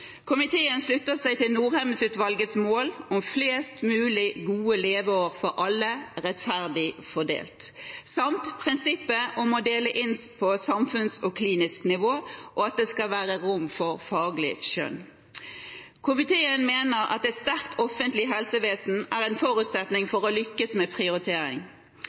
Komiteen slutter seg til Norheim-utvalgets mål om flest mulig gode leveår for alle, rettferdig fordelt, samt prinsippet om å dele inn på samfunnsnivå og klinisk nivå, og at det skal være rom for faglig skjønn. Komiteen mener at et sterkt offentlig helsevesen er en forutsetning for å lykkes med prioritering.